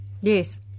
Yes